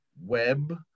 web